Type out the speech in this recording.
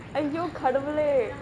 !aiyo! கடவுளே:kadavulae